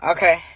Okay